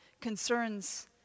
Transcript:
concerns